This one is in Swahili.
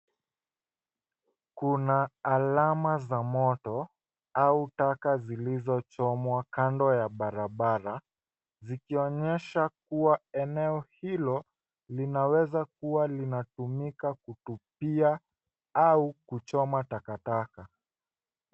Kuna alama za moto au taka zilizo choma kando ya barabara zikionyesha kuwa eneo hilo linaweza kuwa likitumika kutupia au kuchoma takataka.